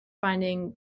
finding